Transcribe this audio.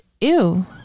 Ew